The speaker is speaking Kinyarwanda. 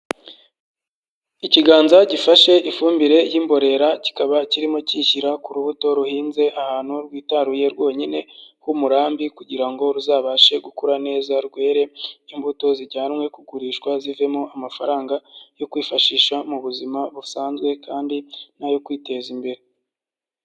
Ikiganza gifashe ifumbire y'imborera, kikaba kirimo cyiyishyira ku rubuto ruhinze ahantu rwitaruye rwonyine, h'umurambi kugira ngo ruzabashe gukura neza rwere, imbuto zijyanwe kugurishwa zivemo amafaranga, yo kwifashisha mu buzima busanzwe kandi n'ayo kwiteza imbere.